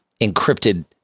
encrypted